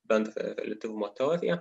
bendrąją reliatyvumo teoriją